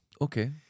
Okay